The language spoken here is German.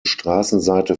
straßenseite